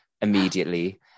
immediately